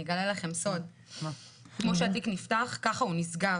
אני אגלה לכם סוד, כמו שהתיק נפתח כך הוא נסגר.